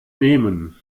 nehmen